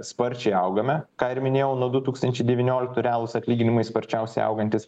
sparčiai augame ką ir minėjau nuo du tūkstančiai devynioliktų realūs atlyginimai sparčiausiai augantys